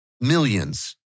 millions